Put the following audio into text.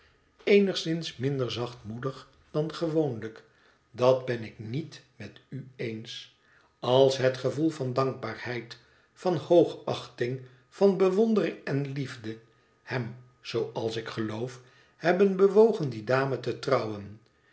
eenigzins minder zachtmoedig dan gewoonlijk idat ben ik niet met ueens als het gevoel van dankbaarheid van hoogachting van bewondering en liefde hem zooals ik geloof hebben bewogen die dame te trouwen